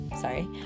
sorry